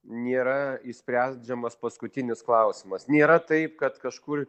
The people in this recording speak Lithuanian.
nėra išsprendžiamas paskutinis klausimas nėra taip kad kažkur